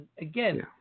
again